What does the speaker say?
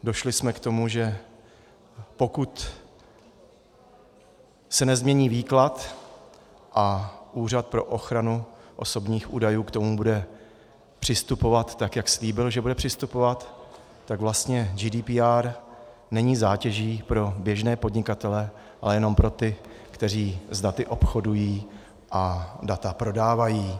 Došli jsme k tomu, že pokud se nezmění výklad a Úřad pro ochranu osobních údajů k tomu bude přistupovat tak, jak slíbil, že bude přistupovat, tak vlastně GDPR není zátěží pro běžné podnikatele, ale jenom pro ty, kteří s daty obchodují a data prodávají.